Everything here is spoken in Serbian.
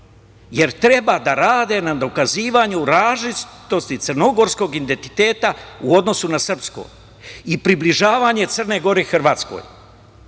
jer treba da rade na dokazivanju različitosti crnogorskog identiteta u odnosu na srpsko i približavanje Crne Gore Hrvatskoj,